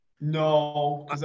No